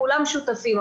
כולם שותפים,